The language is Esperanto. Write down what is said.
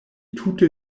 tute